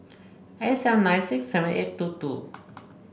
eight seven nine six seven eight two two